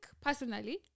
personally